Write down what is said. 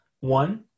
One